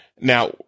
Now